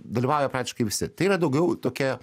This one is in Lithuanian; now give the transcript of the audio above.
dalyvauja praktiškai visi tai yra daugiau tokia